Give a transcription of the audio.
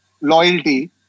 loyalty